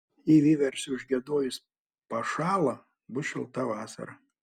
jei vieversiui užgiedojus pašąla bus šilta vasara